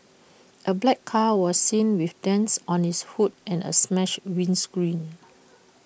A black car was seen with dents on its hood and A smashed windscreen